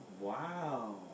wow